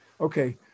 Okay